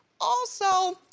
also,